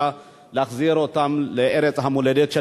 אלא להחזיר אותם לארץ המולדת שלהם.